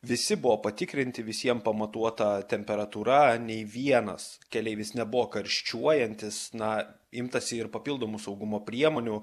visi buvo patikrinti visiem pamatuota temperatūra nei vienas keleivis nebuvo karščiuojantis na imtasi ir papildomų saugumo priemonių